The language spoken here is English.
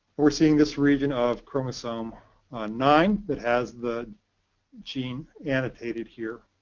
we're seeing this region of chromosome nine that has the gene annotated here.